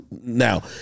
now